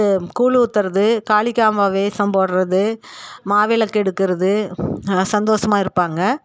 கூழ் ஊற்றுறது காளிகாம்மாள் வேஷம் போடுகிறது மாவிளக்கு எடுக்கிறது நல்லா சந்தோசமாக இருப்பாங்க